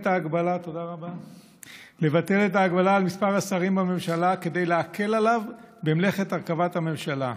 ההגבלה על מספר השרים בממשלה כדי להקל עליו את מלאכת הרכבת הממשלה.